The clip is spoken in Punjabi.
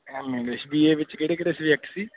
M A English B A ਵਿੱਚ ਕਿਹੜੇ ਕਿਹੜੇ ਸਬਜੈਕਟ ਸੀ